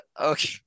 Okay